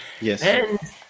Yes